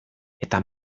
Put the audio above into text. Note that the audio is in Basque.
eta